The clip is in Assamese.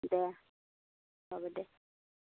দে হ'ব দে